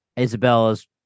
Isabella's